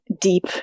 deep